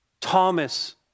Thomas